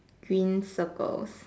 green circles